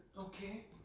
okay